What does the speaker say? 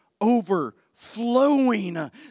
overflowing